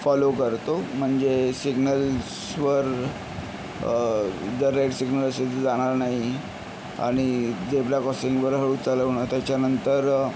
follow करतो म्हणजे सिग्नल्सवर जर रेड सिग्नल असेल तर जाणार नाही आणि जेब्रा क्रॉसिंगवर हळू चालवणं त्याच्यानंतर